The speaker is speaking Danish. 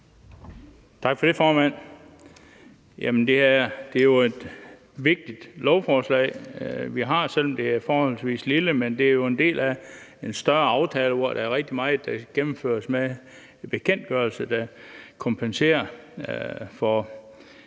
Tak for det, formand. Det er jo et vigtigt lovforslag, vi har at gøre med, selv om det er forholdsvis lille, men det er jo en del af en større aftale, hvor der er rigtig meget, der gennemføres med bekendtgørelser. Der kompenseres for